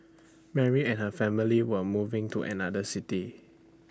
Mary and her family were moving to another city